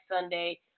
Sunday